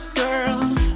girls